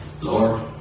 Lord